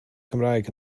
cymraeg